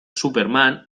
superman